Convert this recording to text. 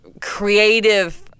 creative